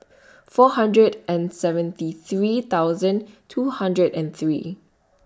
four hundred and seventy three thousand two hundred and three